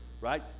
right